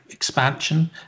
expansion